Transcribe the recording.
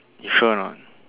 you sure or not